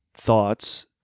thoughts